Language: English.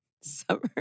Summer